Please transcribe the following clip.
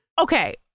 Okay